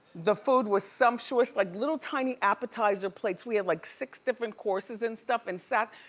the food was sumptuous, like little tiny appetizer plates. we had like six different courses in stuff and stuff.